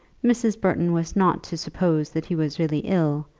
mrs. burton was not to suppose that he was really ill,